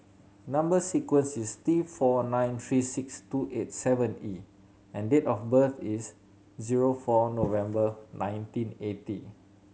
number sequence is T four nine three six two eight seven E and date of birth is zero four November nineteen eighty